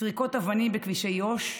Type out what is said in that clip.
זריקות אבנים בכבישי יו"ש,